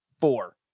Four